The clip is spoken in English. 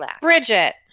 Bridget